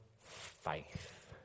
faith